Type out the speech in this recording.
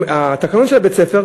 התקנות של בית-הספר,